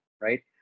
right